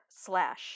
slash